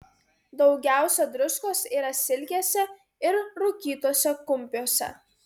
daugiausia druskos yra silkėse ir rūkytuose kumpiuose